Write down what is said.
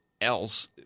else